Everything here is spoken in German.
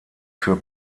für